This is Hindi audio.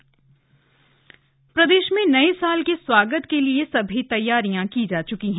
नव वर्ष जश्न प्रदेश में नए साल के स्वागत के लिए सभी तैयारियां की जा चुकी हैं